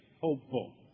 Hopeful